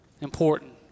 important